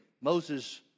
Moses